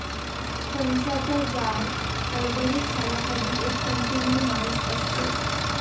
फणसाच्या जाड, खडबडीत सालाखाली एक तंतुमय मांस असते